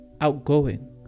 outgoing